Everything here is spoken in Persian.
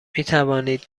میتوانید